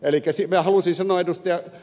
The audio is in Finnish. elikkä minä halusin sanoa ed